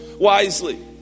wisely